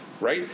Right